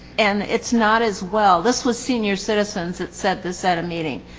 and it's not as well. this was senior citizens that said this at a meeting.